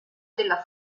della